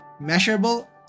measurable